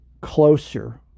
closer